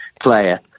player